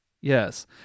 Yes